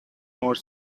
more